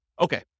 Okay